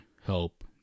help